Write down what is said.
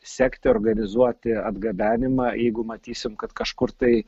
sekti organizuoti atgabenimą jeigu matysim kad kažkur tai